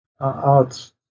out